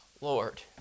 Lord